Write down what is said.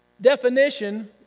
definition